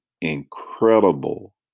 incredible